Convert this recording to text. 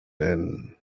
and